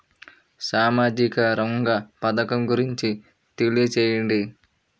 సామాజిక రంగ పథకం గురించి తెలియచేయండి?